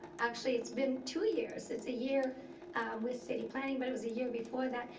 actually it's been two years. it's a year with city planning, but it was a year before that.